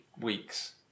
weeks